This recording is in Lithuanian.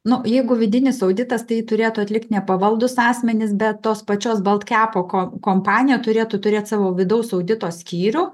nu jeigu vidinis auditas tai turėtų atlikt nepavaldūs asmenys bet tos pačios baltkepo kom kompanijos turėtų turėt savo vidaus audito skyrių